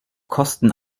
kosten